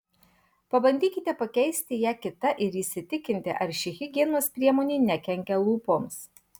pabandykite pakeisti ją kita ir įsitikinti ar ši higienos priemonė nekenkia lūpoms